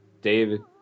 David